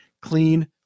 clean